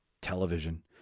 television